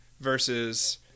versus